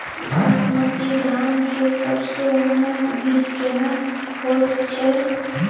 बासमती धान के सबसे उन्नत बीज केना होयत छै?